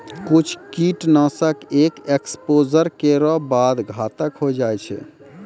कुछ कीट नाशक एक एक्सपोज़र केरो बाद घातक होय जाय छै